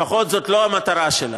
לפחות זאת לא המטרה שלה.